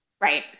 Right